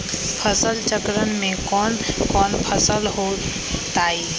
फसल चक्रण में कौन कौन फसल हो ताई?